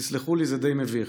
תסלחו לי, זה די מביך.